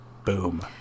Boom